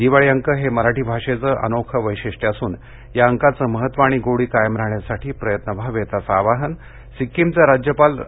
दिवाळी अंक हे मराठी भाषेचं अनोखं वैशिष्ट्य असून या अंकांचं महत्व आणि गोडी कायम राहण्याअसाठी प्रयत्न व्हावेत असं आवाहन सिक्कीमचे माजी राज्यापाल डॉ